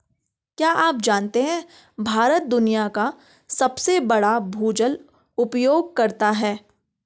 क्या आप जानते है भारत दुनिया का सबसे बड़ा भूजल उपयोगकर्ता है?